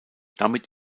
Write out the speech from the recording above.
damit